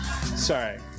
Sorry